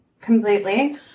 completely